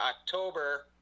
October